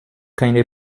keine